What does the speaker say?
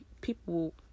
people